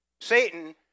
Satan